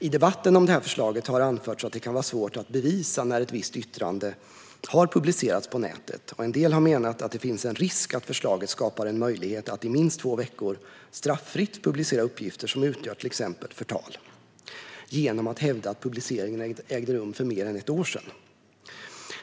I debatten om det här förslaget har anförts att det kan vara svårt att bevisa när ett visst yttrande har publicerats på nätet, och en del har menat att det finns en risk för att förslaget skapar en möjlighet att i minst två veckor straffritt publicera uppgifter som utgör till exempel förtal genom att hävda att publiceringen ägde rum för mer än ett år sedan.